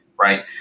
right